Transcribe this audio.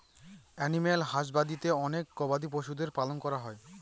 animal হাসবাদরীতে অনেক গবাদি পশুদের পালন করা হয়